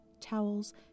towels